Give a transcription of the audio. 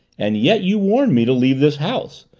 and yet you warned me to leave this house,